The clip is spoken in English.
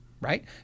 Right